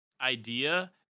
idea